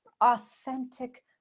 authentic